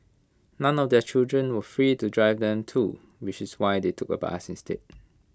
none of their children were free to drive them too which was why they took A bus instead